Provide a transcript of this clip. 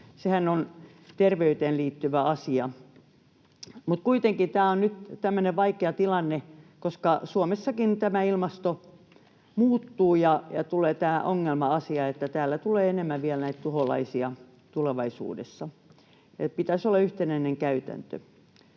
Sehän on terveyteen liittyvä asia. Mutta kuitenkin tämä on nyt tämmöinen vaikea tilanne, koska Suomessakin ilmasto muuttuu ja tulee tämä ongelma-asia, että tänne tulee vielä enemmän näitä tuholaisia tulevaisuudessa. Pitäisi olla yhtenäinen käytäntö,